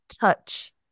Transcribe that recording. touch